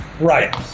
Right